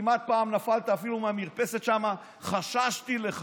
פעם כמעט נפלת אפילו מהמרפסת שם, חששתי לך.